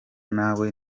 nawe